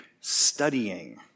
studying